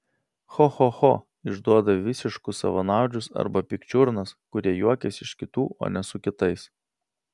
cho cho cho išduoda visiškus savanaudžius arba pikčiurnas kurie juokiasi iš kitų o ne su kitais